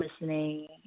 listening